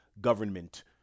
government